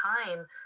time